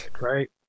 right